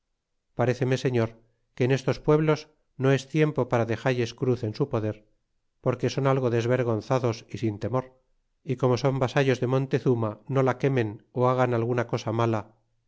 paréceme señor que en estos pueblos no es tiempo para dexalles cruz en su poder porque son algo desvergonzados y sin temor y como son vasallos de montezuma no la quemen ó hagan alguna cosa mala